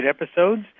episodes